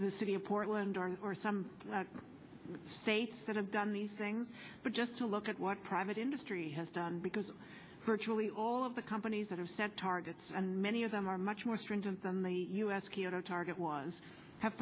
the city of portland or some states that have done these things but just to look at what private industry has done because virtually all of the companies that have sent targets and many of them are much more stringent than the u s kyoto target was have